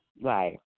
Right